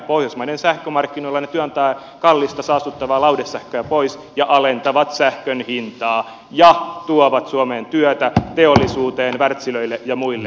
pohjoismaiden sähkömarkkinoilla ne työntävät kallista saastuttavaa lauhdesähköä pois ja alentavat sähkön hintaa ja tuovat suomeen työtä teollisuuteen wärtsilöille ja muille